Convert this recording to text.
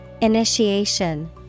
Initiation